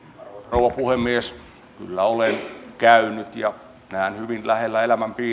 rouva puhemies kyllä olen käynyt ja näen hyvin lähellä